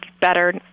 better